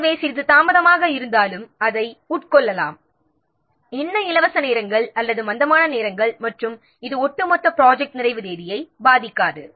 எனவே சிறிது தாமதமாக இருந்தாலும் இவர்களை பயன்படுத்தி கொள்ளலாம் இதனால் இலவச நேரம் அல்லது ஸ்லாக் நேரம் ஒட்டுமொத்த ப்ராஜெக்ட் நிறைவு தேதியை பாதிக்காது